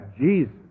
Jesus